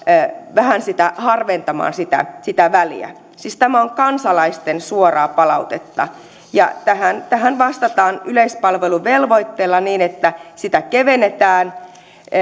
vähän harventamaan sitä sitä väliä siis tämä on kansalaisten suoraa palautetta ja tähän tähän vastataan yleispalveluvelvoitteella niin että sitä kevennetään